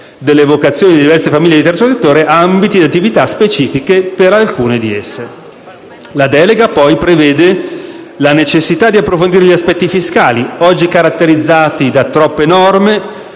delle vocazioni delle diverse famiglie di terzo settore, ambiti di attività specifici per alcune di esse. La delega, poi, prevede la necessità di approfondire gli aspetti fiscali, oggi caratterizzati da troppe norme,